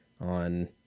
on